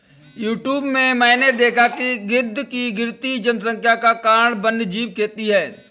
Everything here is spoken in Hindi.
यूट्यूब में मैंने देखा है कि गिद्ध की गिरती जनसंख्या का कारण वन्यजीव खेती है